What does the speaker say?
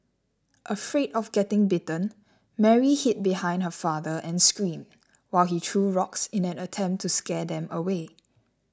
afraid of getting bitten Mary hid behind her father and screamed while he threw rocks in an attempt to scare them away